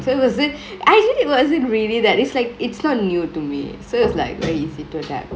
so it was it actually it wasn't really that it's like it's not new to me so it was like very easy to adapt